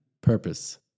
purpose